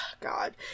God